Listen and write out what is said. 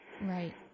right